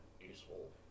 useful